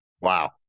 Wow